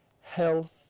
health